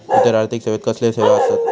इतर आर्थिक सेवेत कसले सेवा आसत?